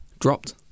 dropped